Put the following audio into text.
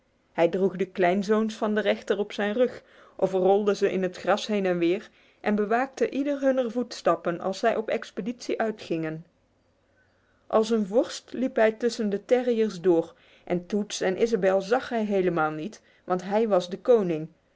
hij droeg de kleinzoons van den rechter op zijn rug of rolde ze in het gras heen en weer en bewaakte ieder hunner voetstappen als zij op expeditie uitgingen als een vorst liep hij tussen de terriers door en toots en ysabel z a g hij helemaal niet want hij was de koning